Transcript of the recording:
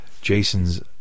Jason's